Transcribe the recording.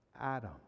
Adam